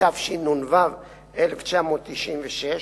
התשנ"ו 1996,